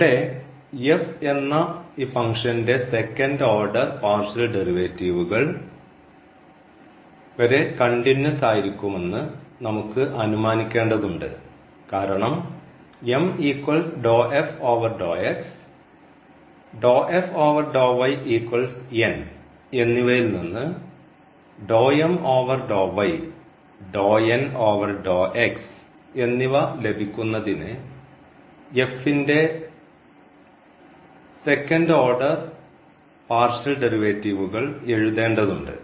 ഇവിടെ എന്ന ഈ ഫംഗ്ഷൻറെ സെക്കൻഡ് ഓർഡർ പാർഷ്യൽ ഡെറിവേറ്റീവ്കൾ വരെ കണ്ടിന്യൂസ് ആയിരിക്കുമെന്ന് നമുക്ക് അനുമാനിക്കേണ്ടത് ഉണ്ട് കാരണം എന്നിവയിൽനിന്ന് എന്നിവ ലഭിക്കുന്നതിന് ൻറെ സെക്കൻഡ് ഓർഡർ പാർഷ്യൽ ഡെറിവേറ്റീവ്കൾ എഴുതേണ്ടത് ഉണ്ട്